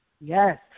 Yes